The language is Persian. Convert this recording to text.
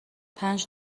پنج